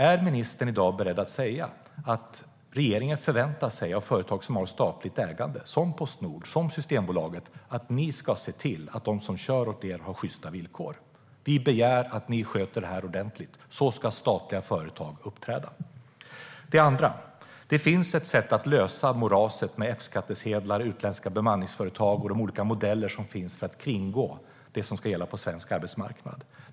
Är ministern i dag beredd att säga att regeringen förväntar sig av företag som har statligt ägande - som Postnord, Systembolaget med flera - att de ska se till att de åkerier som kör åt dem har sjysta villkor? Är ni beredda att säga: Vi begär att ni sköter det här ordentligt, för så ska statliga företag uppträda. När det gäller det andra området finns det ett sätt att lösa moraset med F-skattsedlar, utländska bemanningsföretag och de olika modeller som finns för att kringgå det som ska gälla på svensk arbetsmarknad.